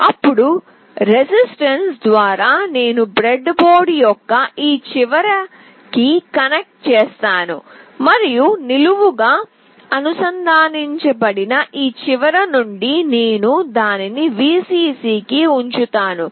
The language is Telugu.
అప్పుడు రెసిస్ట్టెన్స్ ద్వారా నేను బ్రెడ్బోర్డ్ యొక్క ఈ చివరకి కనెక్ట్ చేస్తాను మరియు నిలువుగా అనుసంధానించబడిన ఈ చివర నుండి నేను దానిని Vcc కి ఉంచుతాను